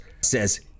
says